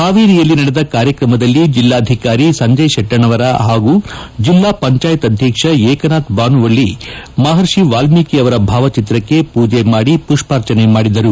ಹಾವೇರಿಯಲ್ಲಿ ನಡೆದ ಕಾರ್ಯಕ್ರಮದಲ್ಲಿ ಜಿಲ್ಲಾಧಿಕಾರಿ ಸಂಜಯ ಶೆಟ್ಟಣ್ಣವರ ಹಾಗೂ ಜಿಲ್ಲಾ ಪಂಚಾಯತ್ ಅಧ್ಯಕ್ಷ ಏಕನಾಥ ಬಾನುವಲ್ಲ ಮಹರ್ಷಿ ವಾಲ್ಮೀಕಿ ಅವರ ಭಾವಚಿತ್ರಕ್ಕೆ ಪೂಜೆ ಮಾಡಿ ಪುಷ್ಪಾರ್ಚನೆ ಮಾಡಿದರು